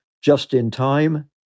just-in-time